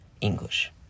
english